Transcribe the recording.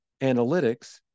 analytics